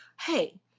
Hey